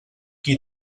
qui